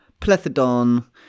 Plethodon